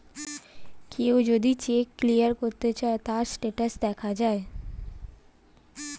কেউ যদি check clear করতে চায়, তার স্টেটাস দেখা যায়